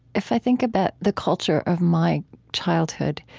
if i think about the culture of my childhood,